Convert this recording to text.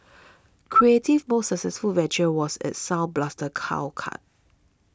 creative's most successful venture was its Sound Blaster cow card